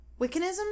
wiccanism